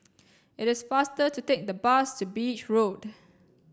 it is faster to take the bus to Beach Road